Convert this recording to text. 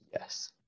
yes